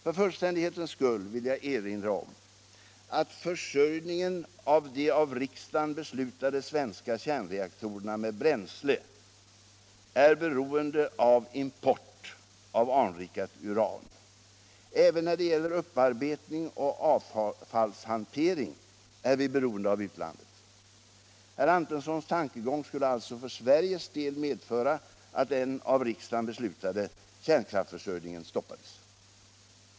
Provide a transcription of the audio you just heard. För fullständighetens skull vill jag erinra om att försörjningen av de av riksdagen beslutade svenska kärnreaktorerna med bränsle är beroende av import av anrikat uran. Även när det gäller upparbetning och avfallshantering är vi beroende av utlandet. Herr Antonssons tankegång skulle alltså för Sveriges del medföra att den av riksdagen beslutade kärnkraftsförsörjningen stoppades.